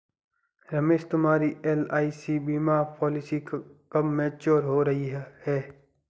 रमेश तुम्हारी एल.आई.सी बीमा पॉलिसी कब मैच्योर हो रही है?